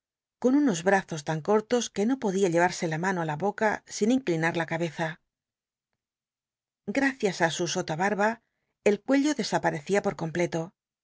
con unos brnzos tan cortos que no podin llerarsc in mano á in boca sin inclinar la cabeza gracins á su sota barba el cuello desaparecía por completo